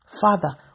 father